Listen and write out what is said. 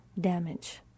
damage